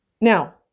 Now